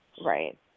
Right